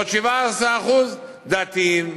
ועוד 17% דתיים,